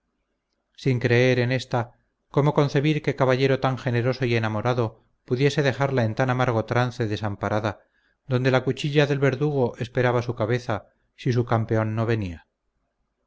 sin creer en ésta cómo concebir que caballero tan generoso y enamorado pudiese dejarla en tan amargo trance desamparada donde la cuchilla del verdugo esperaba su cabeza si su campeón no venía